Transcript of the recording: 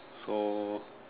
so